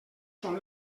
són